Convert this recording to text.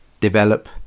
develop